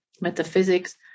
metaphysics